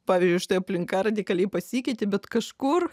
pavyzdžiui štai aplinka radikaliai pasikeitė bet kažkur